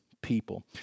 people